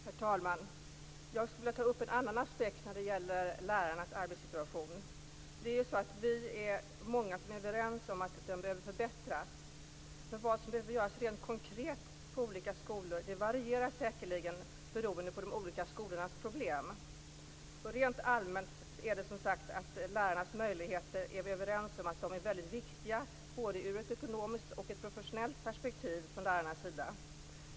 Herr talman! Jag skulle vilja ta upp en annan aspekt när det gäller lärarnas arbetssituation. Vi är ju många som är överens om att den behöver förbättras. Men vad som behöver göras rent konkret på olika skolor varierar säkerligen beroende på de olika skolornas problem. Rent allmänt är det som sagt så att vi är överens om att lärarnas möjligheter är väldigt viktiga både ur ett ekonomiskt och ur ett professionellt perspektiv från lärarnas sida.